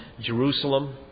Jerusalem